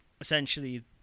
essentially